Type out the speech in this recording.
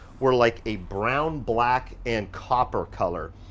were like a brown, black, and copper color.